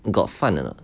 got 饭 or not